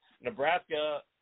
Nebraska –